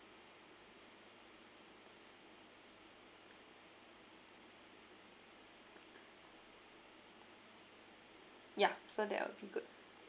yeah so that will be good